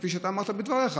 כפי שאתה אמרת בדבריך: